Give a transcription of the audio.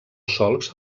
solcs